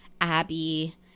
Abby